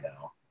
now